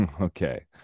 Okay